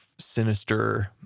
Sinister